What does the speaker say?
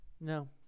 no